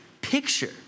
picture